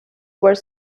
were